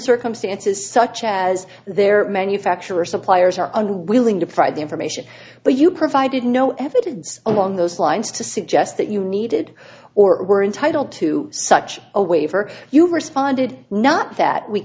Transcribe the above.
circumstances such as their manufacturer suppliers are unwilling to provide the information but you provided no evidence along those lines to suggest that you needed or were entitle to such a waiver you responded not that we